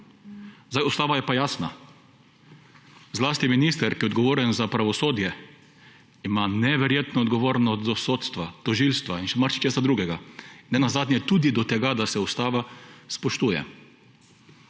Ustava je pa jasna zlasti minister, ki je odgovoren za pravosodje ima neverjetno odgovornost do sodstva, tožilstva in še marsičesa drugega nenazadnje tudi do tega, da se Ustava spoštuje.